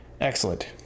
Excellent